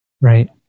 Right